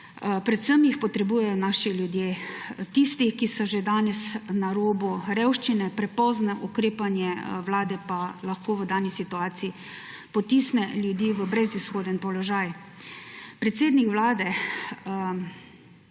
Predvsem jih potrebujejo naši ljudje, tisti, ki so že danes na robu revščine. Prepozno ukrepanje vlade pa lahko v dani situaciji potisne ljudi v brezizhoden položaj. Predsednik Vlade,